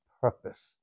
purpose